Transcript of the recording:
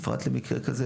ובפרט למקרי קיצון,